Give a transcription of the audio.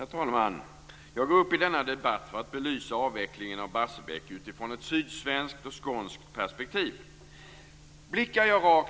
Herr talman! Jag går upp i denna debatt för att belysa avvecklingen av Barsebäck från ett sydsvenskt och skånskt perspektiv. Blickar jag